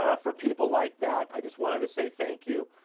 ah for people like that, i just wanted to say, thank you.